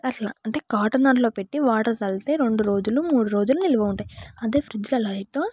అట్లా అంటే కాటన్ దాంట్లో పెట్టి వాటర్ చల్లితే రెండు రోజులు మూడు రోజులు నిల్వ ఉంటాయి అదే ఫ్రిడ్జ్లలో అయితే